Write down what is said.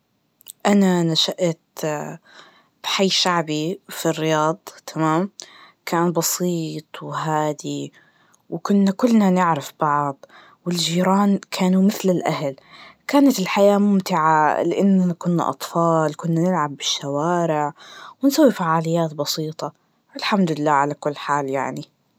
أنا نشأت بحي شعبي في الرياض, تمام؟ كان بسيط وهادي, وكنا كلنا نعرف بعض, والجيران كانوا مثل الأهل, كانت الحياة ممتعة, لأننا كنا أطفال, كنا نلعب بالشوارع, ونسوي فعاليات بسيطة, والحمد لله على كل حال يعني.